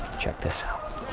check this out.